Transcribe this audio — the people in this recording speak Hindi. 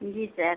जी सर